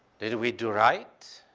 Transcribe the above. did we do right?